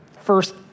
first